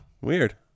weird